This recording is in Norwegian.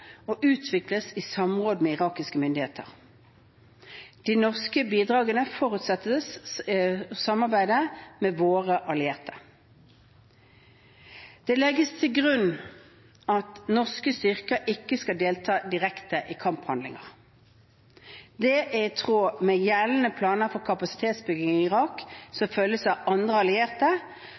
og utvikles i samråd med irakiske myndigheter. De norske bidragene forutsetter samarbeid med våre allierte. Det legges til grunn at norske styrker ikke skal delta direkte i kamphandlinger. Det er i tråd med gjeldende planer for kapasitetsbygging i Irak som følges av andre allierte,